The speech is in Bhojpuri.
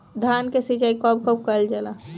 धान के सिचाई कब कब कएल जाला?